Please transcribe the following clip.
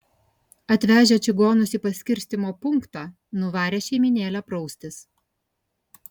atvežę čigonus į paskirstymo punktą nuvarė šeimynėlę praustis